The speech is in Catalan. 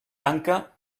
tanca